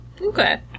okay